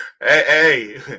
Hey